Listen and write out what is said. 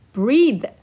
Breathe